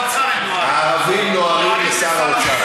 שר האוצר, הערבים נוהרים לשר האוצר.